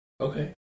Okay